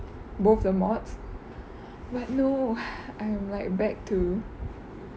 both the mods but no I am like back to